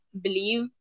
believe